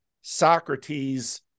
socrates